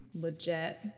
Legit